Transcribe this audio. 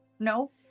No